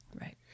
Right